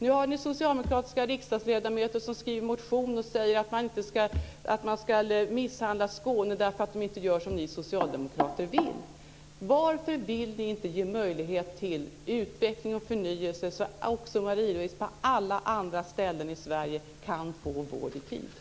Nu har ni socialdemokratiska riksdagsledamöter som skriver motioner och säger att man misshandlar Skåne därför att man inte gör som ni socialdemokrater vill. Varför vill ni inte ge möjlighet till utveckling och förnyelse så att också andra Marie Louise på alla andra ställen i Sverige kan få vård i tid?